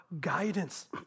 guidance